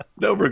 No